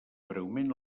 breument